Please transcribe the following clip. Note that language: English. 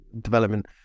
development